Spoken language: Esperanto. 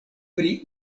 pri